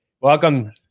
Welcome